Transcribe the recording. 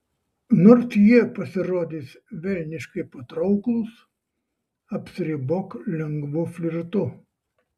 nors jie pasirodys velniškai patrauklūs apsiribok lengvu flirtu